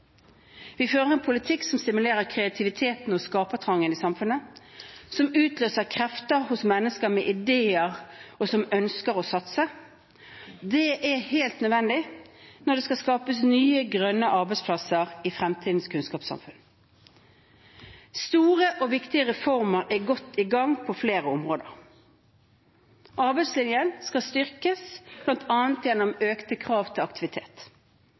Vi fører en politikk som stimulerer kreativiteten og skapertrangen i samfunnet, som utløser krefter hos mennesker med ideer, og som ønsker å satse. Det er helt nødvendig når det skal skapes nye, grønne arbeidsplasser i fremtidens kunnskapssamfunn. Store og viktige reformer er godt i gang på flere områder. Arbeidslinjen skal styrkes, bl.a. gjennom økte krav til aktivitet.